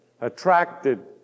Attracted